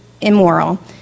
immoral